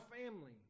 family